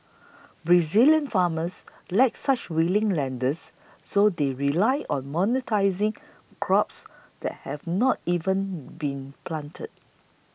Brazilian farmers lack such willing lenders so they rely on monetising crops that have not even been planted